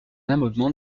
amendement